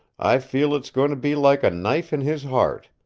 i feel it's going to be like a knife in his heart.